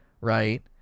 Right